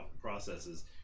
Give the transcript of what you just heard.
processes